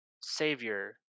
savior